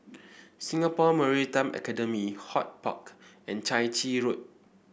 Singapore Maritime Academy HortPark and Chai Chee Road